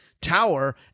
tower